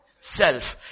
self